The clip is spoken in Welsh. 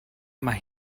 mae